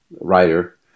writer